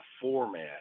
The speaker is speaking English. format